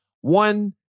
One